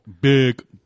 big